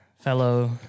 fellow